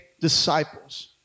disciples